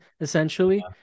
essentially